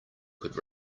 could